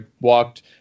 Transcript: walked